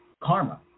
karma